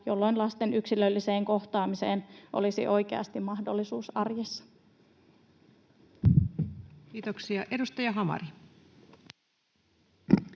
jolloin lasten yksilölliseen kohtaamiseen olisi oikeasti mahdollisuus arjessa. Kiitoksia. — Edustaja Hamari.